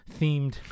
themed